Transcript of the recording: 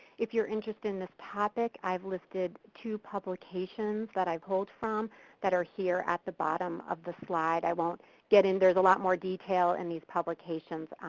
if youre interested in this topic, ive listed two publications that i pulled from that are here at the bottom of the slide. i wont get in theres a lot more detail in these publications,